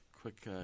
Quick